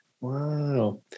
Wow